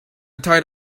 tied